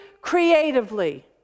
creatively